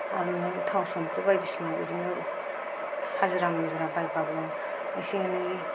आरो नों थाव संख्रि बायदिसिना बिदिनो हाजिरा मुजिरा गायब्लाबो एसे एनै